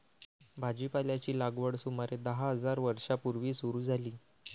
भाजीपाल्याची लागवड सुमारे दहा हजार वर्षां पूर्वी सुरू झाली